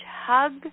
hug